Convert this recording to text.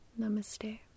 Namaste